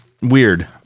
weird